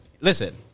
Listen